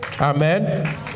Amen